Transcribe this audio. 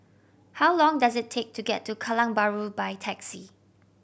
how long does it take to get to Kallang Bahru by taxi